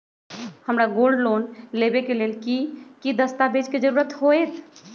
हमरा gold loan लेबे के लेल कि कि दस्ताबेज के जरूरत होयेत?